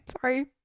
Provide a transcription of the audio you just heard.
sorry